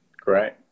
great